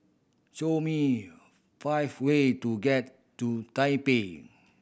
show me five way to get to Taipei